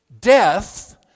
Death